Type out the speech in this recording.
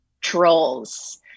trolls